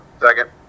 second